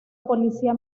policía